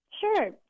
Sure